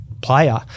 player